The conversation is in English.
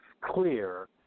clear